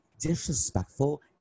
disrespectful